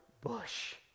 bush